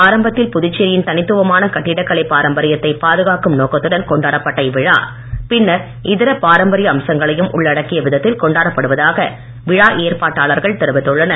ஆரம்பத்தில் புதுச்சேரியின் தனித்துவமான கட்டிடக்கலை பாரம்பரியத்தை பாதுகாக்கும் நோக்கத்துடன் கொண்டாடப்பட்ட இவ்விழா பின்னர் இதர பாரம்பரிய அம்சங்களையும் உள்ளடக்கிய விதத்தில் கொண்டாடப்படுவதாக விழா ஏற்பாட்டளர்கள் தெரிவித்துள்ளனர்